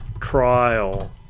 Trial